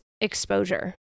exposure